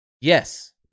Yes